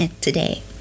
today